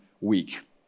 week